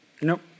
Nope